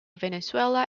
venezuela